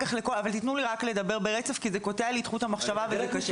לגבי מיצוי זכויות בבתי החולים